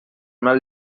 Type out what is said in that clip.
mal